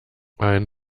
ein